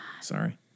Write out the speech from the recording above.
Sorry